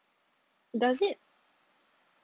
does it